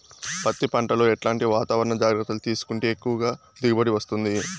పత్తి పంట లో ఎట్లాంటి వాతావరణ జాగ్రత్తలు తీసుకుంటే ఎక్కువగా దిగుబడి వస్తుంది?